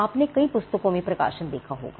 आपने कई पुस्तकों में प्रकाशन देखा होगा